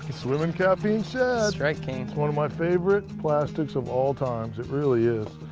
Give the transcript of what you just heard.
swim'n caffeine shad. strike king. it's one of my favorite plastics of all times. it really is.